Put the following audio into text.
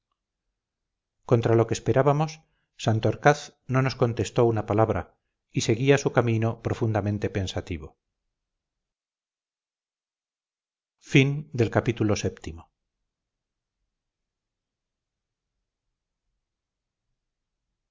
contra lo que esperábamos santorcaz no nos contestó una palabra y seguía su camino profundamente pensativo ii